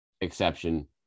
exception